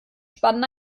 spannen